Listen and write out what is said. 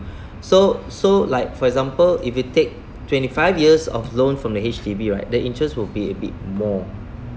so so like for example if you take twenty five years of loan from the H_D_B right the interest will be a bit more